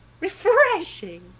Refreshing